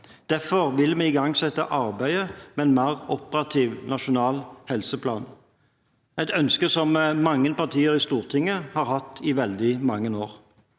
Derfor vil vi igangsette arbeidet med en mer operativ nasjonal helseplan, et ønske som mange partier i Stortinget har hatt i veldig mange år.